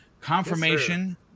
Confirmation